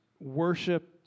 worship